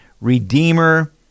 Redeemer